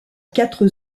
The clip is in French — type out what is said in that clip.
quatre